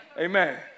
Amen